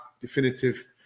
definitive